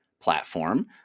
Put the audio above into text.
platform